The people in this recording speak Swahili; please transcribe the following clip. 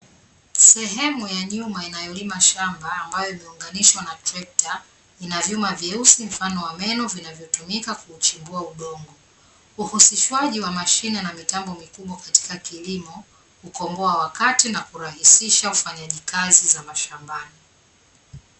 Sehemu ya nyuma inayolima shamba ambayo imeunganishwa na trekta, ina vyuma vyeusi mfano wa meno vinavyotumika kuuchimbua udongo. Uhusishwaji wa mashine na mitambo mikubwa katika kilimo hukomboa wakati, na kurahisisha ufanyaji kazi za mashambani.